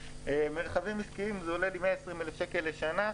מרחבים עסקיים עולים לי 120,000 שקל לשנה,